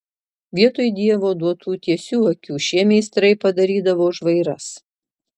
vietoj dievo duotų tiesių akių šie meistrai padarydavo žvairas